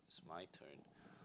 it's my turn